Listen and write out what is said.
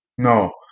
No